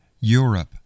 Europe